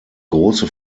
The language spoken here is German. große